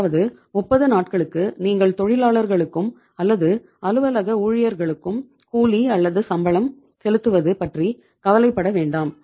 அதாவது 30 நாட்களுக்கு நீங்கள் தொழிலாளர்களுக்கும் அல்லது அலுவலக ஊழியர்களுக்கும் கூலி அல்லது சம்பளம் செலுத்துவது பற்றி கவலைப்பட வேண்டாம்